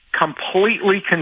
completely